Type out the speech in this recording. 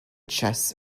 chess